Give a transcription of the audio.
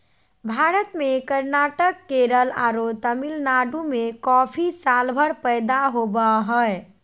भारत में कर्नाटक, केरल आरो तमिलनाडु में कॉफी सालभर पैदा होवअ हई